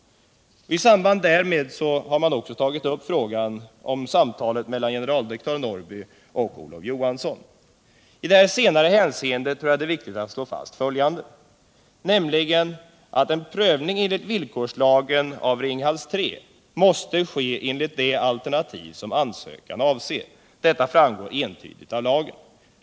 I samband därmed har socialdemokraterna tagit upp frågan om samtalet mellan generaldirektör Norrby och Olof Johansson. I det senare hänseendet är det viktigt att slå fast att en prövning enligt villkorslagen av Ringhals 3 måste ske enligt det alternativ som ansökan avser. Detta framgår entydigt av lagen.